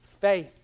faith